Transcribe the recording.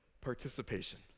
participation